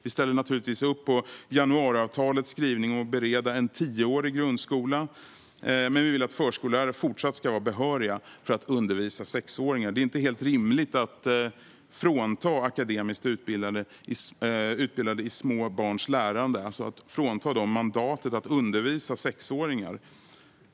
Vi ställer naturligtvis upp på januariavtalets skrivning om att bereda en tioårig grundskola, men vi vill att förskollärare fortsatt ska vara behöriga att undervisa sexåringar. Det är inte rimligt att frånta akademiskt utbildade i små barns lärande mandatet att undervisa sexåringar.